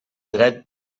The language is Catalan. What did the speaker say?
dret